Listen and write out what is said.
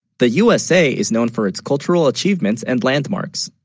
the usa, is known for its cultural achievement and landmarks